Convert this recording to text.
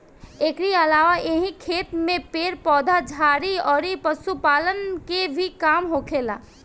एकरी अलावा एही खेत में पेड़ पौधा, झाड़ी अउरी पशुपालन के भी काम होखेला